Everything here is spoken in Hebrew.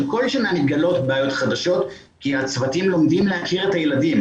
כל שנה מתגלות בעיות חדשות כי הצוותים לומדים להכיר את הילדים.